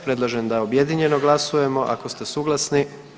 Predlažem da objedinjeno glasujemo ako ste suglasni?